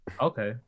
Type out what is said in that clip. Okay